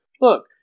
look